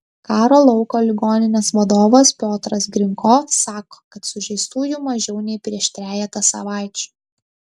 karo lauko ligoninės vadovas piotras grinko sako kad sužeistųjų mažiau nei prieš trejetą savaičių